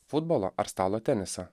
futbolo ar stalo tenisą